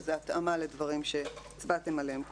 זאת התאמה לדברים שהצבעתם עליהם קודם.